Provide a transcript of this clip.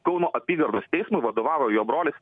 kauno apygardos teismui vadovavo jo brolis